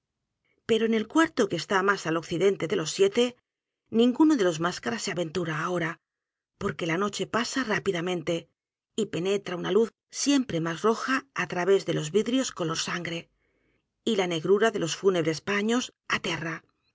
pero en el cuarto que está más al occidente de los siete ninguno de los máscaras se aventura a h o r a porque la noche pasa rápidamente y penetra una luz siempre más roja á través de los vidrios color s a n g r e y la neg r u r a de los fúnebres paños